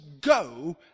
go